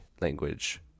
language